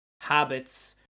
habits